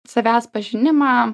savęs pažinimą